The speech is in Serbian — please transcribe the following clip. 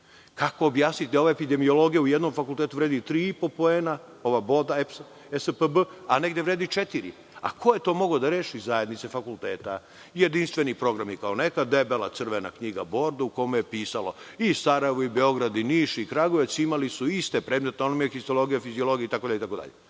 Kako objasniti da ova epidemiologija na jednom fakultetu vredi 3,5 poena, ova ESPB boda, a negde vredi četiri? Ko je to mogao da reši? Zajednice fakulteta, jedinstveni programi kao nekad, debela crvena knjiga, bordo, u kome je pisalo i Sarajevo i Beograd i Niš i Kragujevac, imali su iste predmete. Oni imaju histologiju, fiziologiju itd. Da